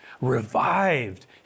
revived